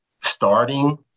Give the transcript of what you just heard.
starting